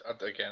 again